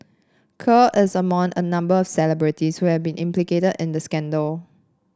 Kerr is among a number of celebrities who have been implicated in the scandal